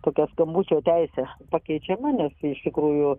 tokia skambučio teise pakeičiama nes iš tikrųjų